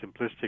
simplistic